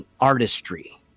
artistry